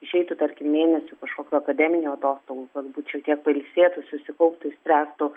išeitų tarkim mėnesį kažkokių akademinių atostogų galbūt šiek tiek pailsėtų susikauptų išspręstų